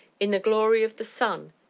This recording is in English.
in the glory of the sun,